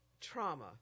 trauma